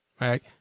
Right